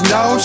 no